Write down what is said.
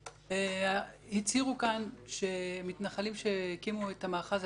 הצהירו כאן שמתנחלים שהקימו את המאחז הלילה